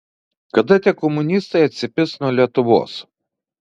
kada tie komunistai atsipis nuo lietuvos